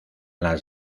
las